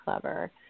clever